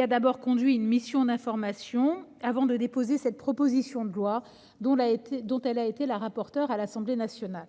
a d'abord conduit une mission d'information, avant de déposer la présente proposition de loi, dont elle fut rapporteure à l'Assemblée nationale.